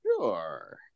sure